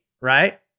right